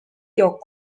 yok